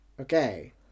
Okay